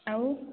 ଆଉ